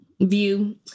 View